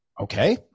Okay